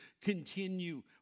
continue